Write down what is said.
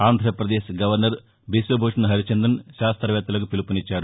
Andhra Pradesh governor Biswabhusan Harichandan శాస్త్రవేత్తలకు వీలుపునిచ్చారు